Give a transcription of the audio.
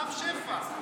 רם שפע,